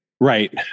Right